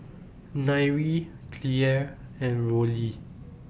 Nyree Clair and Rollie